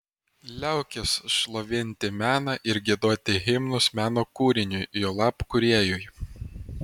liaukis šlovinti meną ir giedoti himnus meno kūriniui juolab kūrėjui